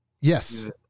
Yes